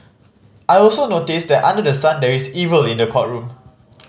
I also noticed that under the sun there is evil in the courtroom